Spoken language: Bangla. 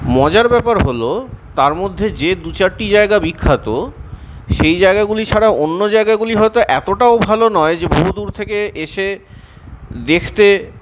মজার ব্যাপার হল তার মধ্যে যে দু চারটি জায়গা বিখ্যাত সেই জায়গাগুলি ছাড়া অন্য জায়গাগুলি হয়তো এতটাও ভালো নয় যে বহুদূর থেকে এসে দেখতে